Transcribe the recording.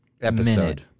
episode